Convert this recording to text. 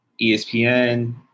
ESPN